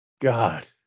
God